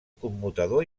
commutador